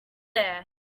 there